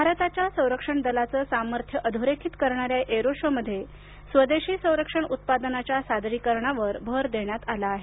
भारताच्या संरक्षण दलाचं सामर्थ्य अधोरेखित करणाऱ्या या आ अरो शो मध्ये स्वदेशी संरक्षण उत्पादनांच्या सादरीकरणावर भर दिला आहे